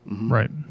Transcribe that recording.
right